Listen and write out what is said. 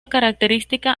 característica